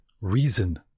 reason